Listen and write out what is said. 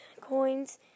coins